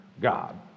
God